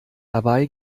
dabei